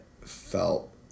felt